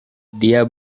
dia